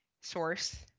source